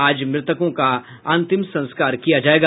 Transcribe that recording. आज मृतकों का अंतिम संस्कार किया जाएगा